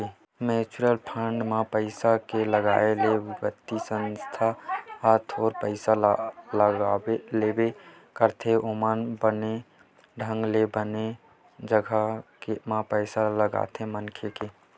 mutual fund म पइसा के लगाए ले बित्तीय संस्था ह थोर पइसा लेबे करथे ओमन ह बने ढंग ले बने जघा म पइसा ल लगाथे मनखे के